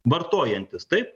vartojantis taip